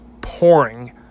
pouring